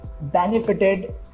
benefited